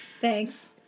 thanks